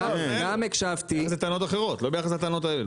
גם הקשבתי -- אז זה טענות אחרות לא ביחס לטענות האלו.